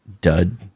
dud